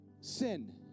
sin